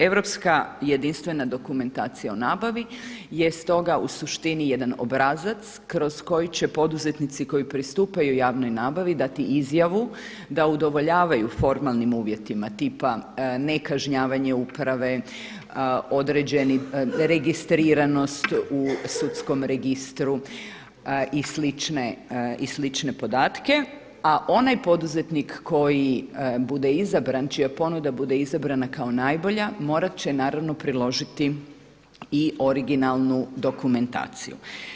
Europska jedinstvena dokumentacija o nabavi je stoga u suštini jedan obrazac kroz koji će poduzetnici koji pristupaju javnoj nabavi dati izjavu da udovoljavaju formalnim uvjetima tipa nekažnjavanje uprave, određeni registriranost u sudskom registru i slične podatke, a onaj poduzetnik koji bude izabran čija ponuda bude izrabrana kao najbolja morat će naravno priložiti i originalnu dokumentaciju.